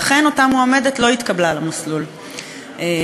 ואכן אותה מועמדת לא התקבלה למסלול המבוקש.